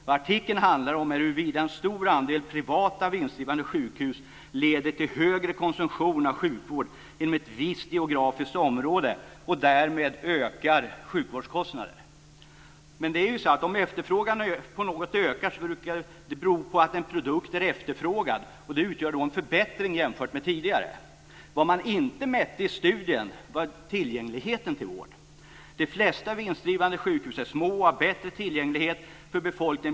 Vad artikeln handlar om är huruvida en stor andel privata vinstdrivande sjukhus leder till högre konsumtion av sjukvård inom ett visst geografiskt område och därmed ökar sjukvårdskostnaderna. Om efterfrågan på något ökar så brukar det ju bero på att en produkt är efterfrågad. Det utgör då en förbättring jämfört med tidigare. Vad man inte mätte i studien var tillgängligheten till vård. De flesta vinstdrivande sjukhus är små och har bättre tillgänglighet för befolkningen.